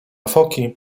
foki